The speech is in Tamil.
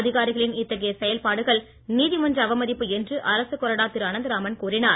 அதிகாரிகளின் இத்தகைய செயல்பாடுகள் நீதிமன்ற அவமதிப்பு என்று அரசுக் கொறடா திரு அனந்தராமன் கூறினார்